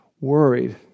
worried